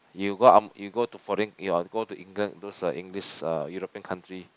you go Ang~ you go to foreign you go to England those like English European country